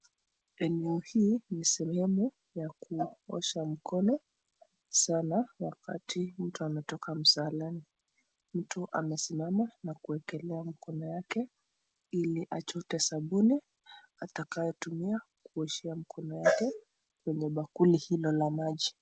Sehemu hii ni sehemu ya kuosha mkono sana wakati mtu ametoka msalani. Mtu amesimana na kuekelea mkono wake ili achote sabuni atakayotumia kuoshea mikono yake kwenye bakuli hilo la maji.